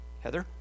Heather